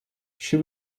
she